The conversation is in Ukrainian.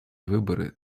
вибори